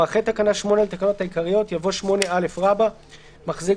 4. אחרי תקנה 8 לתקנות העיקריות יבוא: 8א. מחזיק